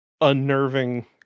unnerving